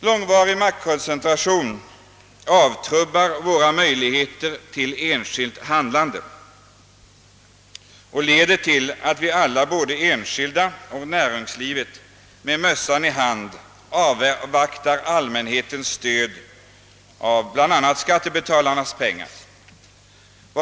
Långvarig maktkoncentration avtrubbar våra möjligheter till enskilt handlande och leder till att vi alla — både enskilda och näringslivet — med mössan i hand avvaktar allmänt stöd, bl.a. genom «skattebetalarnas pengar.